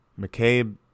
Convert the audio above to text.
McCabe